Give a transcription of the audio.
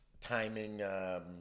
timing